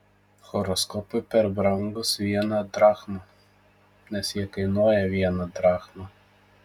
horoskopai per brangūs viena drachma nes jie kainuoja vieną drachmą